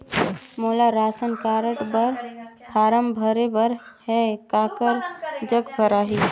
मोला ration card बर form भरे बर हे काकर जग भराही?